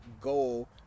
goal